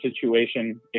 situation